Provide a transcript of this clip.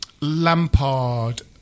Lampard